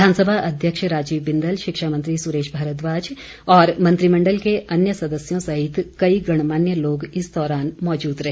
विधानसभा अध्यक्ष राजीव बिंदल शिक्षा मंत्री सुरेश भारद्वाज और मंत्रिमण्डल के अन्य सदस्यों सहित कई गणमान्य लोग इस दौरान मौजूद रहे